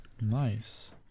nice